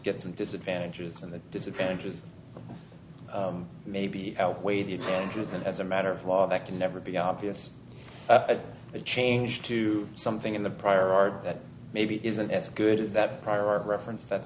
get some disadvantages and the disadvantages maybe outweigh the advantages and as a matter of law that can never be obvious at a change to something in the prior art that maybe isn't as good as that prior art reference that's